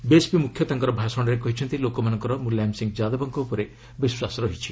BSP ମୁଖ୍ୟ ତାଙ୍କର ଭାଷଣରେ କହିଛନ୍ତି ଲୋକମାନଙ୍କର ମୁଲାୟମ ସିଂହ ଯାଦବଙ୍କ ଉପରେ ବିଶ୍ୱାସ ରହିଛି